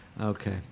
Okay